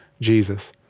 Jesus